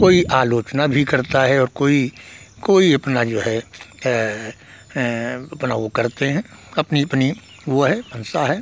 कोई आलोचना भी करता है और कोई कोई अपना जो है अपना वह करते हैं अपनी अपनी वह है मंशा है